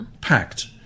packed